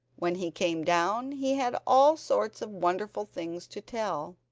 when he came down he had all sorts of wonderful things to tell.